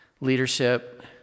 leadership